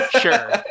Sure